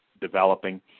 developing